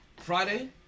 Friday